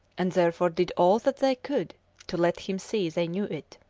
and therefore did all that they could to let him see they knew it.